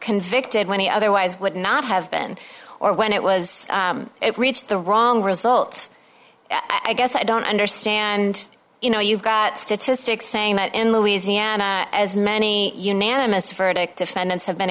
he otherwise would not have been or when it was reached the wrong result i guess i don't understand you know you've got statistics saying that in louisiana as many unanimous verdict defendants have been